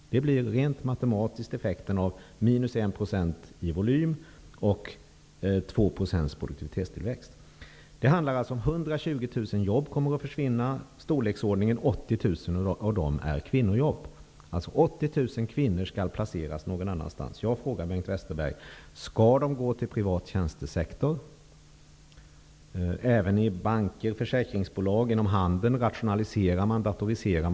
Detta blir den matematiska effekten av minus 1 % i volym och 2 % produktivitetstillväxt. Det handlar alltså om att 120 000 jobb kommer att försvinna. Ca 80 000 av dessa är kvinnojobb, vilket innebär att 80 000 kvinnor skall placeras någon annanstans. Jag frågar Bengt Westerberg: Skall de gå till privat tjänstesektor? Även inom banker, försäkringsbolag och handel genomförs rationaliseringar och datoriseringar.